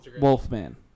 Wolfman